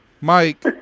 Mike